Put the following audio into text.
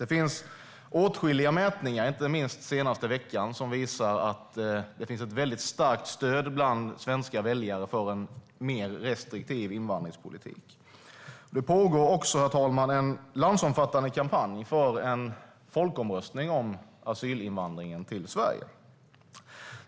Det finns åtskilliga mätningar, inte minst från den senaste veckan, som visar att det finns ett starkt stöd bland svenska väljare för en mer restriktiv invandringspolitik. Det pågår också, herr talman, en landsomfattande kampanj för en folkomröstning om asylinvandringen till Sverige.